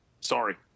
sorry